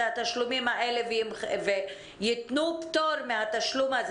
התשלומים האלה וייתנו פטור מהתשלום הזה.